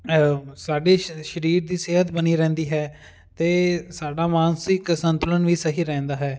ਸਾਡੇ ਸ਼ ਸ਼ਰੀਰ ਦੀ ਸਿਹਤ ਬਣੀ ਰਹਿੰਦੀ ਹੈ ਅਤੇ ਸਾਡਾ ਮਾਨਸਿਕ ਸੰਤੁਲਨ ਵੀ ਸਹੀ ਰਹਿੰਦਾ ਹੈ